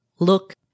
look